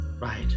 Right